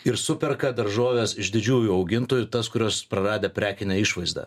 ir superka daržoves iš didžiųjų augintojų tas kurios praradę prekinę išvaizdą